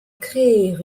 créer